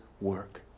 work